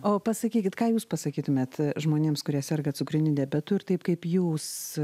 o pasakykit ką jūs pasakytumėt žmonėms kurie serga cukriniu diabetu ir taip kaip jūs